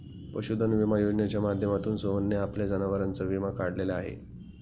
पशुधन विमा योजनेच्या माध्यमातून सोहनने आपल्या जनावरांचा विमा काढलेला आहे